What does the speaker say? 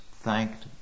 thanked